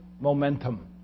momentum